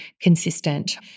consistent